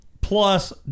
plus